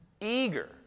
eager